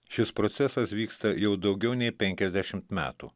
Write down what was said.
šis procesas vyksta jau daugiau nei penkiasdešimt metų